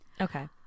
okay